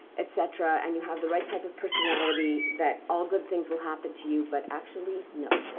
et cetera, and you have the right type of personality that all good things will happen to you. but actually, no.